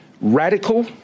radical